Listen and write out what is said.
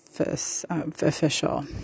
official